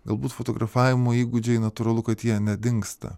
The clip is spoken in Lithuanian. galbūt fotografavimo įgūdžiai natūralu kad jie nedingsta